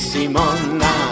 Simona